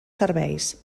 serveis